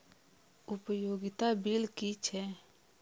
उपयोगिता बिल कि छै?